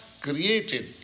created